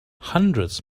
hundreds